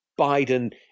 biden